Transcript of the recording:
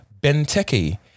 Benteke